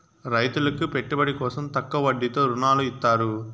రైతులకు పెట్టుబడి కోసం తక్కువ వడ్డీతో ఋణాలు ఇత్తారు